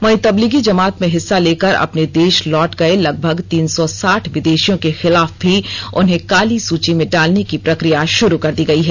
वहीं तबलीग जमात में हिस्सा लेकर अपने देष लौट गये लगभग तीन सौ साठ विदेषियों के खिलाफ भी उन्हें काली सूची में डालने की प्रक्रिया शुरू कर दी गयी है